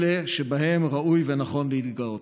אלה שבהם ראוי ונכון להתגאות.